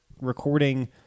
recording